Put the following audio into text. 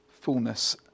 fullness